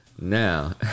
Now